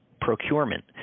procurement